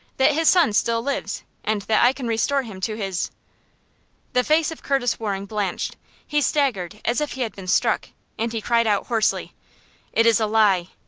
that his son still lives and that i can restore him to his the face of curtis waring blanched he staggered as if he had been struck and he cried out, hoarsely it is a lie!